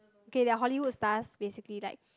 okay they're Hollywood stars basically like